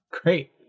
Great